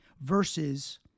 versus